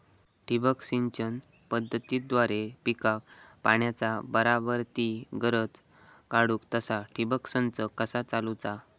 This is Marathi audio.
ठिबक सिंचन पद्धतीद्वारे पिकाक पाण्याचा बराबर ती गरज काडूक तसा ठिबक संच कसा चालवुचा?